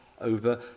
over